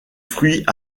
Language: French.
fruit